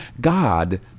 god